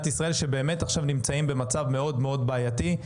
ישראל שבאמת עכשיו נמצאים במצב מאוד בעייתי,